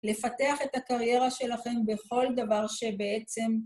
לפתח את הקריירה שלכם בכל דבר שבעצם...